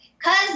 Cause